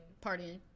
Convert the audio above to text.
partying